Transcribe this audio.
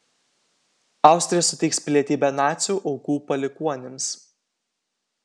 austrija suteiks pilietybę nacių aukų palikuonims